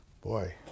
boy